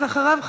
ואחריו,